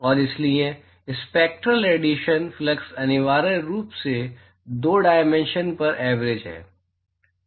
और इसलिए spectral radiation flux अनिवार्य रूप से दो डायमेंशन पर एवरेज है